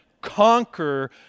conquer